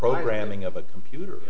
programming of a computer